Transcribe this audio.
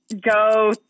go